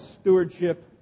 stewardship